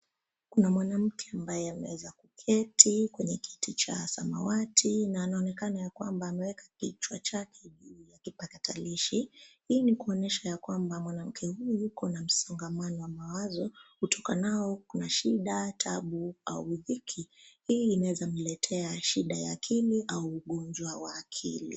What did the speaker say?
Kuna mwanamke ambaye ameweza kuketi kwenye kiti cha samawati na anaonekana yakwamba ameweka kichwa chake juu ya kipakatalishi, hii inaonyesha yakwamba mwanamke huyu yuko na msongamano wa mawazo utokanao kuna shida, dhaabu au dhiki. Hii inaweza mletea shida ya akili au ugonjwa wa akili.